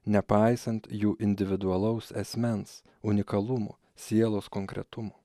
nepaisant jų individualaus asmens unikalumo sielos konkretumo